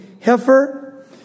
heifer